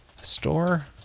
store